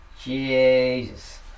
Jesus